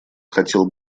хотел